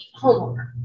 homeowner